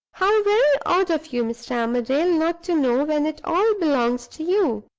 how very odd of you, mr. armadale, not to know, when it all belongs to you!